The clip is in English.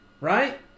right